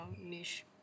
niche